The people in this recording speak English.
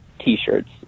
t-shirts